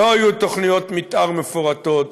לא היו תוכניות מתאר מפורטות.